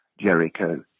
Jericho